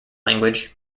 language